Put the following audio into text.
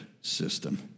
system